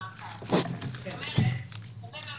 הנפלאים שדיברתם עליהם כאן היו זמינים בפניהם.